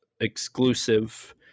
exclusive